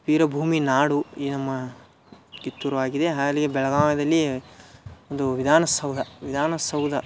ಇರೋ ಭೂಮಿ ನಾಡು ಈ ನಮ್ಮ ಕಿತ್ತೂರು ಆಗಿದೆ ಹಾಗೆ ಬೆಳಗಾವಿದಲ್ಲಿ ಒಂದು ವಿಧಾನಸೌಧ ವಿಧಾನಸೌಧ